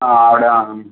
ആ അവിടെ ആ